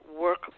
work